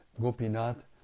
Gopinath